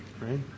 Right